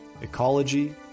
ecology